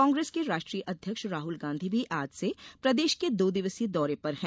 कांग्रेस के राष्ट्रीय अध्यक्ष राहुल गांधी भी आज से प्रदेश के दो दिवसीय दौरे पर हैं